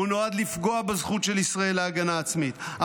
הוא נועד לפגוע בזכות של ישראל להגנה עצמית,